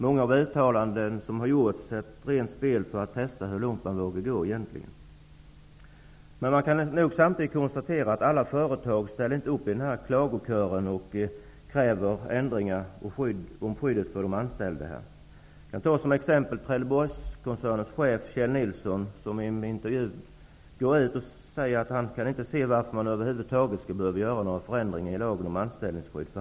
Många av de uttalanden som har gjorts ingår i ett spel för att testa hur långt man egentligen vågar gå. Det är också viktigt att slå fast att inte alla företag ställer upp i klagokören och kräver ändringar i skyddet för de anställda. Låt mig som exempel nämna Trelleborgskoncernens chef Kjell Nilsson, som i en intervju säger att han inte kan se varför man över huvud taget skall behöva göra några förändringar i lagen om anställningsskydd.